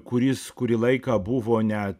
kuris kurį laiką buvo net